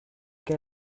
quel